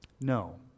No